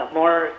more